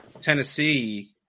Tennessee